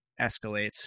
escalates